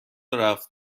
رفت